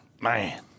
man